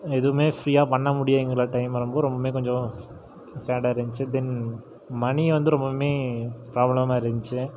எதுவுமே ஃப்ரீயாக பண்ண முடியலங்கிற டைம் வரும் போது ரொம்பவுமே கொஞ்சம் சேடாக இருந்துச்சு தென் மணி வந்து ரொம்பவுமே ப்ராப்ளமாக இருந்துச்சு